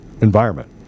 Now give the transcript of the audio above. environment